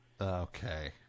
Okay